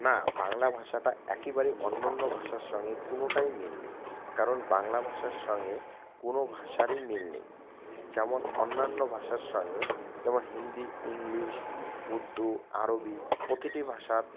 না বাংলা ভাষাটা একেবারেই অন্যান্য ভাষার সঙ্গে কোনোটাই মিল নেই কারণ বাংলা ভাষার সঙ্গে কোনো ভাষারই মিল নেই যেমন অন্যান্য ভাষার সঙ্গে যেমন হিন্দি ইংলিশ উর্দু আরবি প্রতিটি ভাষার